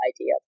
idea